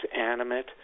animate